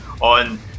on